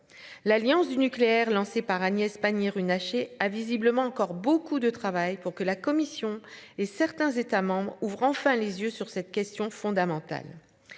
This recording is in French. L'alliance du nucléaire lancée par Agnès Pannier-Runacher a visiblement encore beaucoup de travail pour que la commission et certains États membres ouvre enfin les yeux sur cette question fondamentale.